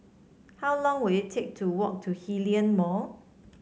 how long will it take to walk to Hillion Mall